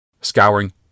scouring